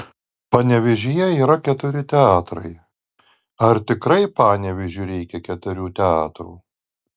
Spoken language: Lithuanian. panevėžyje yra keturi teatrai ar tikrai panevėžiui reikia keturių teatrų